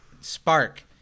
spark